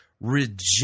reject